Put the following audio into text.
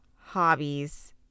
hobbies